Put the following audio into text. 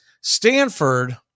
Stanford